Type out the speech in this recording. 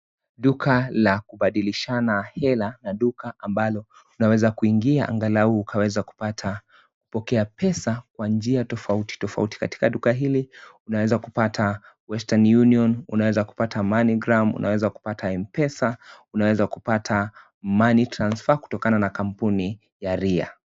Duka la kubadilishana hela na duka ambalo unanaweza kuingia angalau ukaweza kupata kupokea pesa kwa njia tofauti tofauti katika duka hili, unaweza kupata (CS)Western Union(CS), unaweza kupata (CS)MoneyGram(CS), unaweza kupata M-Pesa, unaweza kupata (CS)Money Transfer(CS) kutokana kampuni ya RIA.